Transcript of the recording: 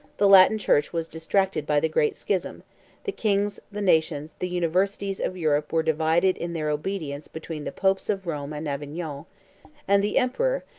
the latin church was distracted by the great schism the kings, the nations, the universities, of europe were divided in their obedience between the popes of rome and avignon and the emperor,